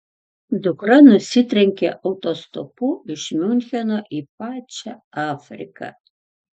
dukra nusitrenkė autostopu iš miuncheno į pačią afriką